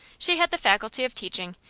she had the faculty of teaching,